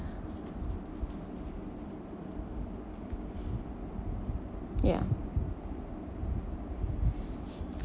ya